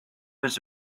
was